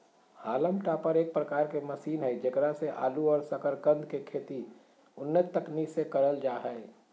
haulm topper एक प्रकार के मशीन हई जेकरा से आलू और सकरकंद के खेती उन्नत तकनीक से करल जा हई